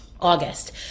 August